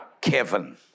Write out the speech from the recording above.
Kevin